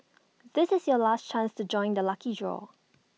this is your last chance to join the lucky draw